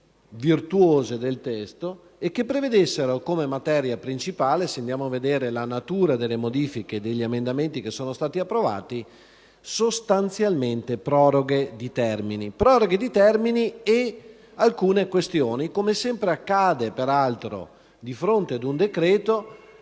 virtuose del testo che prevedessero, come materia principale (se andiamo a vedere la natura delle modifiche degli emendamenti approvati), sostanzialmente proroghe di termini, e anche alcune questioni, come sempre accade peraltro di fronte ad un decreto